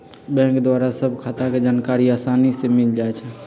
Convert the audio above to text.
bank द्वारा सभ खता के जानकारी असानी से मिल जाइ छइ